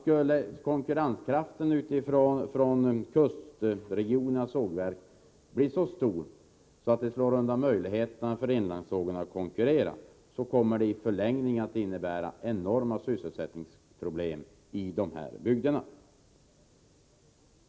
Skulle konkurrenskraften hos kustregionens sågverk bli så stor att den slår undan möjligheterna för inlandssågarna att konkurrera, kommer det i förlängningen att innebära enorma sysselsättningsproblem i inlandet.